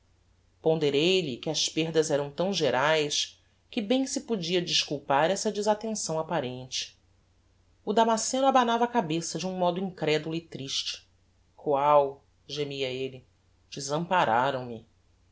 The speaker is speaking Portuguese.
convites ponderei lhe que as perdas eram tão geraes que bem se podia desculpar essa desattenção apparente o damasceno abanava a cabeça de um modo incrédulo e triste qual gemia elle desampararam me